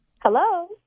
Hello